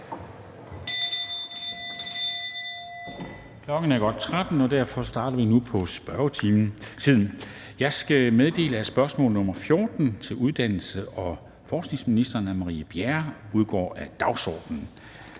Klokken er godt 13, og derfor starter vi nu på spørgetiden. Jeg skal meddele, at spørgsmål nr. 14 (S 908) til uddannelses- og forskningsministeren af Marie Bjerre (V) udgår af dagsordenen.